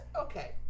okay